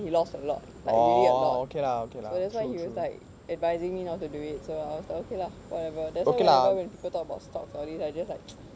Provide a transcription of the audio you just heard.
he lost a lot like really a lot so that's why he was like advising me not to do it so I was like okay lah whatever that's why when people talk about stocks all these I just like